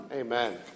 Amen